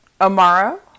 Amara